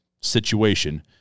situation